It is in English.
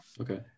Okay